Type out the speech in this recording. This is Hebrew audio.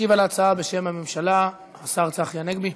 ישיב על ההצעה, בשם הממשלה, השר צחי הנגבי.